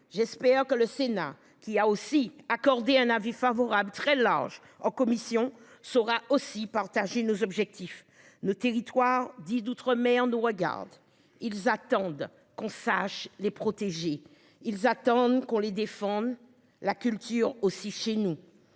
j'espère que le Sénat qui a aussi accordé un avis favorable très large en commission sera aussi partager nos objectifs nos territoires dits d'outre-mer nous regardent, ils attendent qu'on sache les protégés, ils attendent qu'on les défende là. Culture aussi chez nous.